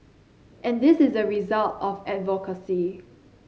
and this is a result of advocacy